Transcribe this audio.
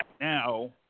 now